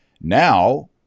Now